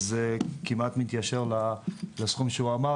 אז כמעט מתיישר לסכום שהוא אמר,